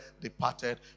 departed